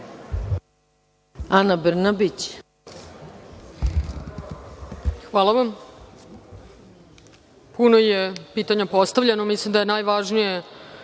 **Ana Brnabić** Hvala vam. Puno je pitanja postavljeno. Mislim da je najvažnije